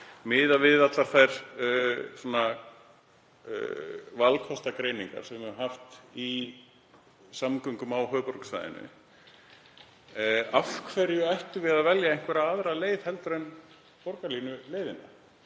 miðað við allar þær valkostagreiningar sem við höfum haft í samgöngum á höfuðborgarsvæðinu, af hverju ættum við að velja einhverja aðra leið en borgarlínu, miðað